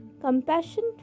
Compassion